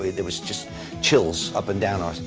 there was just chills up and down our.